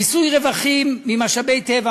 מיסוי רווחים ממשאבי טבע,